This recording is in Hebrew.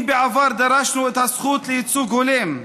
אם בעבר דרשנו את הזכות לייצוג הולם,